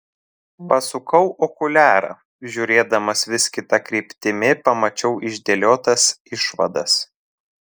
pasukau okuliarą žiūrėdamas vis kita kryptimi pamačiau išdėliotas išvadas